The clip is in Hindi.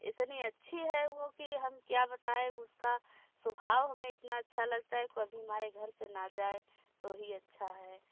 इतनी अच्छी है वो कि हम क्या बताऍं उसका स्वभाव हमें इतना अच्छा लगता है कभी हमारे घर से ना जाए तो ही अच्छा है